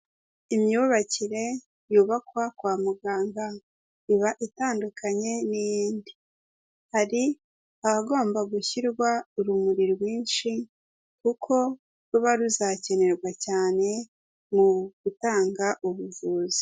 Imyubakire yubakwa kwa muganga, iba itandukanye n'iyindi, hari ahagomba gushyirwa urumuri rwinshi kuko ruba ruzakenerwa cyane mu gutanga ubuvuzi.